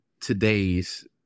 today's